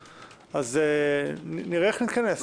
נראה איך נתכנס.